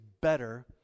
better